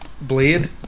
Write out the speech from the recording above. blade